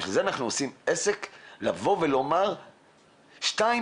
בשביל זה אנחנו עושים עסק לבוא ולומר --- דבר שני,